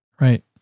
Right